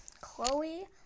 Chloe